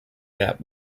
that